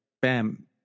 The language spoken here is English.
bam